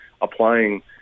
applying